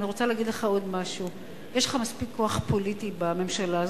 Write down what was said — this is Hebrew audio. ואני רוצה להגיד לך עוד משהו: יש לך מספיק כוח פוליטי בממשלה הזאת,